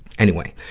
anyway,